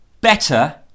better